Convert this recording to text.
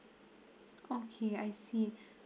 okay I see